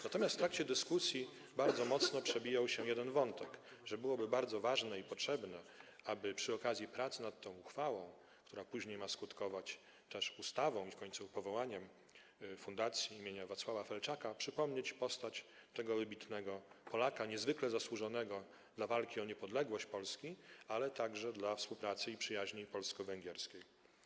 Natomiast w trakcie dyskusji bardzo mocno przebijał się jeden wątek - że byłoby bardzo ważne i potrzebne, aby przy okazji prac nad tą uchwałą, która później ma skutkować też ustawą i w końcu powołaniem Fundacji im. Wacława Felczaka, przypomnieć postać tego wybitnego Polaka, niezwykle zasłużonego dla walki o niepodległość Polski, ale także dla współpracy i przyjaźni polsko-węgierskiej.